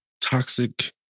Toxic